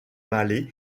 mallet